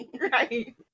right